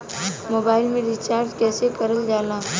Mobile में recharge कइसे करल जाला?